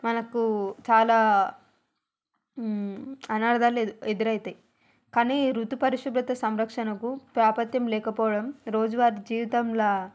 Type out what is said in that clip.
మనకు చాలా అనర్థాలు ఎదు ఎదురవుతాయి కానీ ఋతు పరిశుభ్రత సంరక్షణకు ప్రాపత్యం లేకపోవడం రోజువారి జీవితంలా